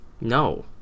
no